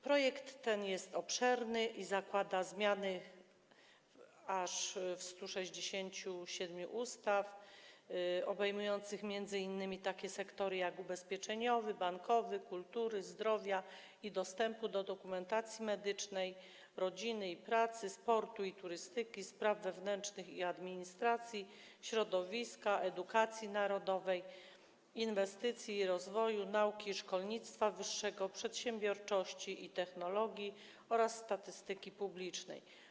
Projekt ten jest obszerny i zakłada zmiany w aż 167 ustawach, obejmujących m.in. takie sektory, jak ubezpieczeniowy, bankowy, kultury, zdrowia i dostępu do dokumentacji medycznej, rodziny i pracy, sportu i turystyki, spraw wewnętrznych i administracji, środowiska, edukacji narodowej, inwestycji i rozwoju, nauki i szkolnictwa wyższego, przedsiębiorczości i technologii oraz statystyki publicznej.